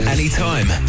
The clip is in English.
Anytime